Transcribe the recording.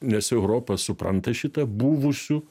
nes europa supranta šitą buvusių